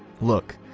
look,